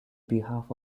behalf